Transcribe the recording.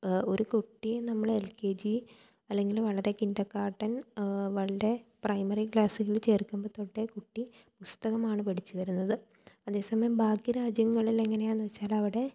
ഒരു കുട്ടിയെ നമ്മൾ എൽ കെ ജി അല്ലെങ്കിൽ വളരെ കിൻഡർ ഗാർഡൻ വളരെ പ്രൈമറി ക്ലാസ്സ്കളിൽ ചേർക്കുമ്പോൾ തൊട്ടേ കുട്ടി പുസ്തകമാണ് പഠിച്ച് വരുന്നത് അതേസമയം ബാക്കി രാജ്യങ്ങളിലെങ്ങനെയാന്ന് വച്ചാലവിടെ